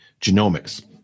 Genomics